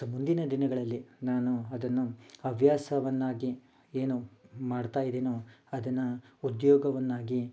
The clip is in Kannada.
ಮುಂದಿನ ದಿನಗಳಲ್ಲಿ ನಾನು ಅದನ್ನು ಹವ್ಯಾಸವನ್ನಾಗಿ ಏನು ಮಾಡ್ತಾಯಿದೀನೋ ಅದನ್ನು ಉದ್ಯೋಗವನ್ನಾಗಿ